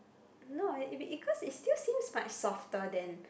no it be it still seems like softer than